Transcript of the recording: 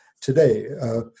Today